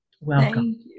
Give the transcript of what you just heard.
Welcome